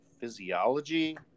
physiology